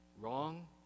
Wrong